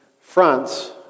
fronts